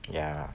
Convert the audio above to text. ya lah